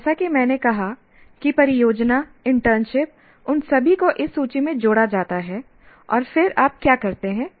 और जैसा कि मैंने कहा कि परियोजना इंटर्नशिप उन सभी को इस सूची में जोड़ा जाता है और फिर आप क्या करते हैं